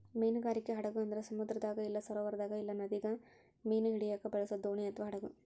ಮೀನುಗಾರಿಕೆ ಹಡಗು ಅಂದ್ರ ಸಮುದ್ರದಾಗ ಇಲ್ಲ ಸರೋವರದಾಗ ಇಲ್ಲ ನದಿಗ ಮೀನು ಹಿಡಿಯಕ ಬಳಸೊ ದೋಣಿ ಅಥವಾ ಹಡಗು